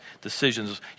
decisions